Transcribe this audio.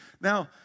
Now